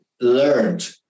learned